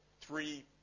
three